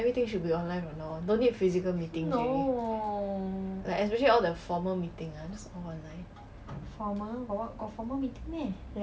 everything should be online from now on don't need physical meeting already like especially all the formal meeting school online